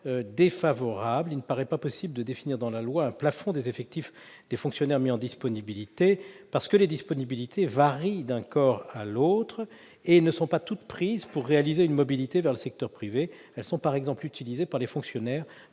même temps. Il ne paraît pas possible de définir dans la loi un plafond des effectifs des fonctionnaires mis en disponibilité. En effet, les disponibilités varient d'un corps à l'autre et ne sont pas toutes prises pour réaliser une mobilité vers le secteur privé. Elles peuvent, par exemple, être utilisées par des fonctionnaires